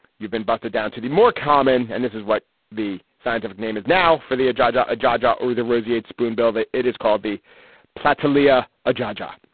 you've been busted down to the more common and this is what the scientific name is now for the jar jar jar jar or the rosie eight spoon bill that it is called the platter leah a jar jar.